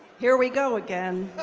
here we go again,